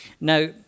Now